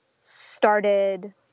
started